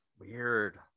Weird